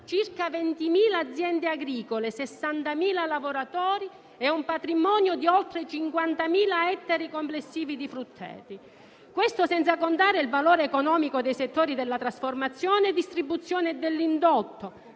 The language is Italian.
circa 20.000 aziende agricole, 60.000 lavoratori e un patrimonio di oltre 50.000 ettari complessivi di frutteti. Questo senza contare il valore economico dei settori della trasformazione, distribuzione e dell'indotto